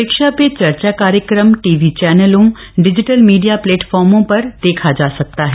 परीक्षा पे चर्चा कार्यक्रम टीवी चैनलों डिजिटल मीडिया प्लेटफार्मों पर देखा जा सकता है